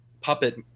puppet